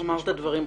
אמרת דברים חשובים.